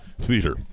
Theater